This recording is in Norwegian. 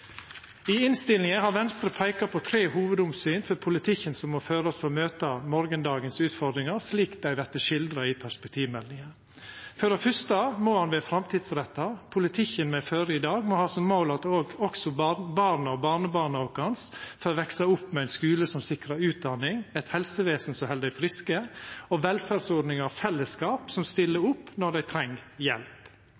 I innstillinga har Venstre peika på tre hovudomsyn for politikken som må førast for å møta morgondagens utfordringar, slik dei vert skildra i perspektivmeldinga. For det fyrste må han vera framtidsretta. Politikken me fører i dag, må ha som mål at også barna og barnebarna våre får veksa opp med ein skule som sikrar utdanning, eit helsestell som held dei friske, og velferdsordningar og fellesskap som stiller